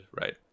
right